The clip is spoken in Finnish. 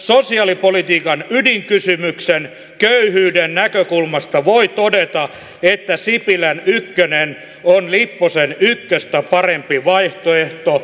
sosiaalipolitiikan ydinkysymyksen köyhyyden näkökulmasta voi todeta että sipilän ykkönen on lipposen ykköstä parempi vaihtoehto